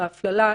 בהפללה,